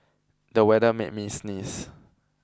the weather made me sneeze